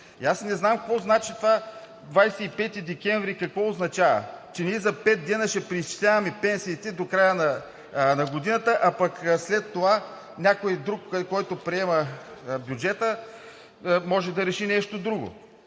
Не знам какво означава това 25 декември – че ние за пет дни ще преизчисляваме пенсиите до края на годината, а пък след това някой друг, който приема бюджета, може да реши нещо друго.